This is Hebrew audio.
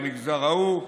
למגזר ההוא,